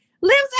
lives